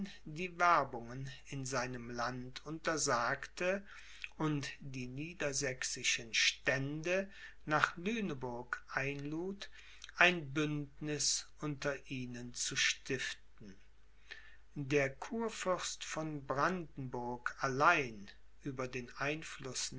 die werbungen in seinem land untersagte und die niedersächsischen stände nach lüneburg einlud ein bündniß unter ihnen zu stiften der kurfürst von brandenburg allein über den einfluß